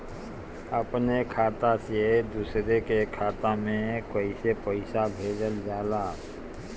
अपने खाता से दूसरे के खाता में कईसे पैसा भेजल जाला?